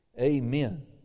Amen